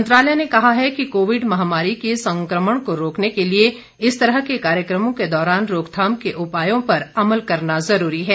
मंत्रालय ने कहा है कि कोविड महामारी के संक्रमण को रोकने के लिए इस तरह के कार्यक्रमों के दौरान रोकथाम के उपायों पर अमल करना जरूरी है